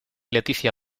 leticia